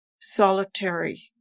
solitary